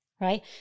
right